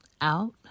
out